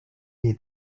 day